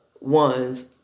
ones